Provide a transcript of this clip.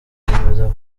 gukomeza